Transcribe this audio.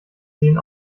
sehen